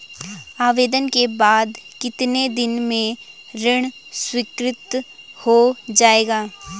आवेदन के बाद कितने दिन में ऋण स्वीकृत हो जाएगा?